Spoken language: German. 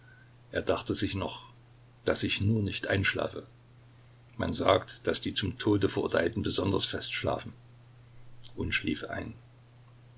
er dachte sich noch daß ich nur nicht einschlafe man sagt daß die zum tode verurteilten besonders fest schlafen und schlief ein